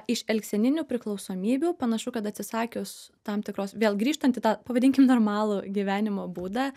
iš elgseninių priklausomybių panašu kad atsisakius tam tikros vėl grįžtant į tą pavadinkim normalų gyvenimo būdą